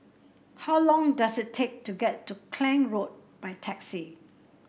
how long does it take to get to Klang Road by taxi